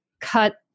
cut